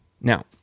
Now